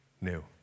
new